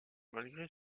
malgré